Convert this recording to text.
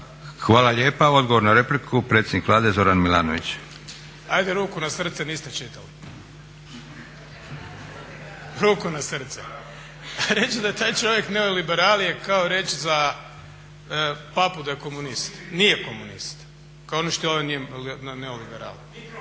Hvala lijepa. Odgovor na repliku, predsjednik Vlade Zoran Milanović. **Milanović, Zoran (SDP)** Ajde ruku na srce niste čitali. Ruku na srce. Reći da je taj čovjek neoliberal je kao reći za papu da je komunist. Nije komunist. Kao što ni on nije neoliberal.